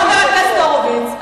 חבר הכנסת הורוביץ,